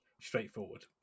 straightforward